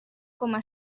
coma